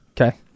Okay